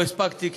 לא הספקתי,